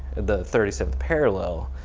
the thirty seventh parallel,